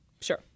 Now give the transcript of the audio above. Sure